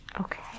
Okay